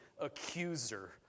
accuser